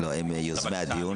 הן יוזמות הדיון,